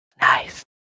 nice